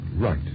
Right